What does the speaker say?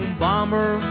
bomber